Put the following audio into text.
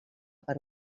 per